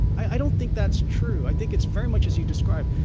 i don't think that's true. i think it's very much as you describe.